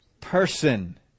person